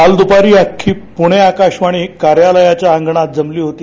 काल दुपारी अख्खी पूणे आकाशवाणी कार्यालयाच्या अंगणात जमली होती